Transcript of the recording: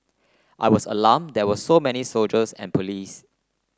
I was alarmed there was so many soldiers and police